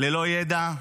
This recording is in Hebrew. ללא ידע,